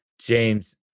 James